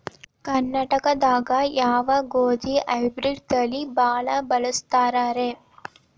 ಕರ್ನಾಟಕದಾಗ ಯಾವ ಗೋಧಿ ಹೈಬ್ರಿಡ್ ತಳಿ ಭಾಳ ಬಳಸ್ತಾರ ರೇ?